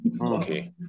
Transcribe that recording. Okay